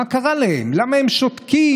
מה קרה להם, למה הם שותקים?